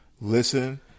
listen